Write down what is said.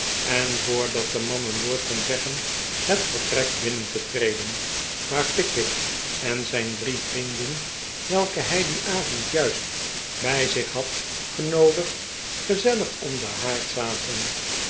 en voordat de man een woord kon zeggen het vertrek binnen te treden waar pickwick en zijn drie vrienden welke hij dien avond juist bij zich had genoodigd gezellig om den haard zaten